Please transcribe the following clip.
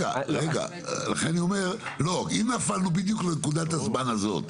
לכן כשנפלנו בדיוק לנקודת הזמן הזאת,